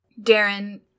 Darren